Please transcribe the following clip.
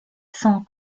sont